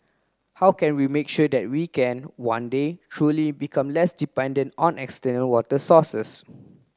how can we make sure that we can one day truly become less dependent on external water sources